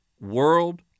world